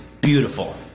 beautiful